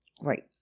Right